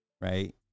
right